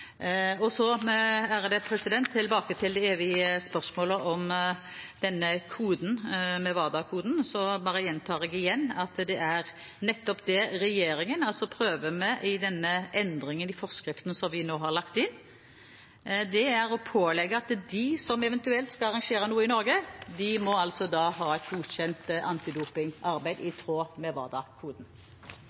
er så strenge regler i knockoutforskriften: for å hindre at man får skade. Og så tilbake til det evige spørsmålet om denne WADA-koden. Jeg bare gjentar igjen at det regjeringen prøver med denne endringen i forskriften som vi nå har lagt inn, er å pålegge dem som eventuelt skal arrangere noe i Norge, å ha et godkjent antidopingarbeid i tråd med